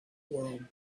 world